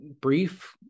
brief